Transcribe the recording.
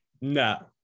No